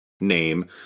name